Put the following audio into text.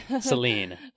Celine